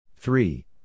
Three